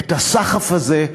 את הסחף הזה,